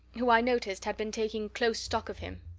who i noticed had been taking close stock of him.